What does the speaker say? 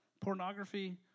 pornography